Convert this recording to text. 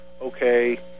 okay